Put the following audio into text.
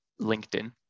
LinkedIn